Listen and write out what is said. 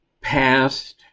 past